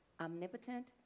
omnipotent